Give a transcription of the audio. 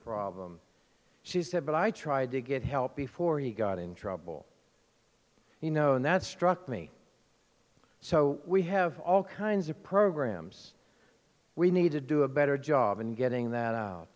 problem she said but i tried to get help before he got in trouble you know and that struck me so we have all kinds of programs we need to do a better job and getting that out